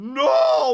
no